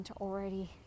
already